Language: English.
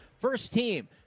First-team